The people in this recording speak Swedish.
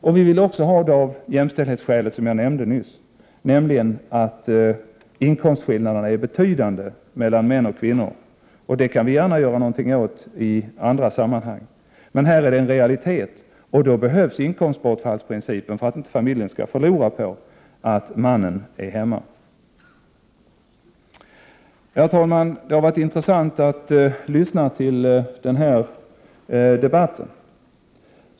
Det andra är det jämställdhetsskäl som jag nämnde nyss, nämligen att 103 inkomstskillnaderna är betydande mellan män och kvinnor. Det kan vi gärna göra någonting åt i andra sammanhang, men här är det en realitet, och då behövs inkomstbortfallsprincipen för att inte familjen skall förlora på att mannen är hemma. Herr talman! Det har varit intressant att lyssna till den här debatten.